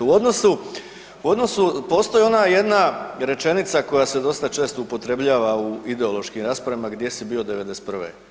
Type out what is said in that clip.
U odnosu, u odnosu postoji ona jedna rečenica koja se dosta često upotrebljava u ideološkim raspravama, gdje si bio '91.